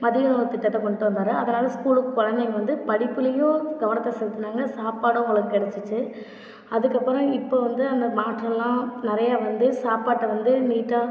மதிய உணவு திட்டத்தை கொண்டுகிட்டு வந்தார் அதனால் ஸ்கூலுக்கு குழந்தைங்க வந்து படிப்புலேயும் கவனத்தை செலுத்துனாங்க சாப்பாடும் அவங்களுக்கு கிடச்சுச்சு அதுக்கப்புறம் இப்போது வந்து அந்த மாற்றமெலாம் நிறைய வந்து சாப்பாட்டை வந்து நீட்டாக